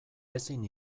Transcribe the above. ezin